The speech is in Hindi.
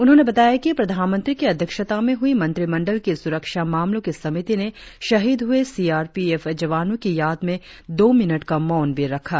उन्होंने बताया कि प्रधानमंत्री की अध्यक्षता में हुई मंत्रिमंडल की सुरक्षा मामलों की समिति ने शहीद हुए सीआरपीएफ जवानों की याद में दो मिनट का मौन भी रखा